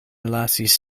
lasis